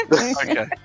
Okay